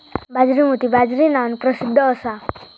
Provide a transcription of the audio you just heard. बाजरी मोती बाजरी नावान प्रसिध्द असा